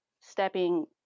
stepping